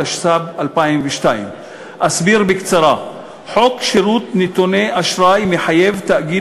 התשס"ב 2002. אסביר בקצרה: חוק שירות נתוני אשראי מחייב תאגיד